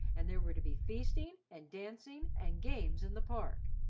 and there were to be feasting and dancing and games in the park,